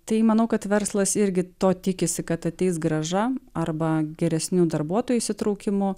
tai manau kad verslas irgi to tikisi kad ateis grąža arba geresnių darbuotojų įsitraukimu